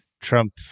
Trump